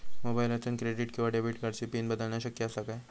मोबाईलातसून क्रेडिट किवा डेबिट कार्डची पिन बदलना शक्य आसा काय?